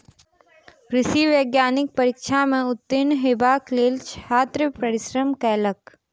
कृषि वैज्ञानिक परीक्षा में उत्तीर्ण हेबाक लेल छात्र परिश्रम कयलक